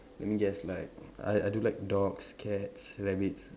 I mean yes like I I do like dogs cats rabbits